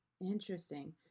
Interesting